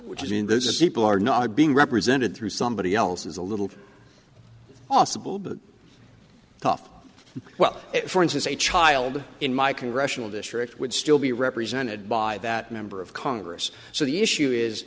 which is in those a simple are not being represented through somebody else's a little bit tof well for instance a child in my congressional district would still be represented by that member of congress so the issue is